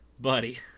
buddy